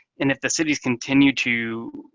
and if the cities continue to